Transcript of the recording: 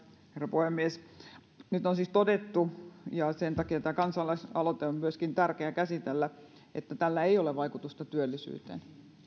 puhemies nyt on siis todettu ja myöskin sen takia tämä kansalaisaloite on tärkeä käsitellä että tällä ei ole vaikutusta työllisyyteen